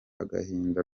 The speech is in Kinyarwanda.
agahinda